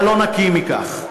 אתה לא נקי מכך.